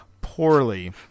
poorly